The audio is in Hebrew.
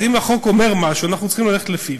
אז אם החוק אומר משהו, אנחנו צריכים ללכת לפיו.